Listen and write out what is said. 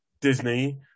Disney